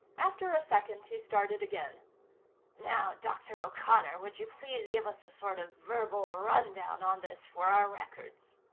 after a second he started again now, dr. o'connor, would you please give us a sort of verbal rundown on this for our records?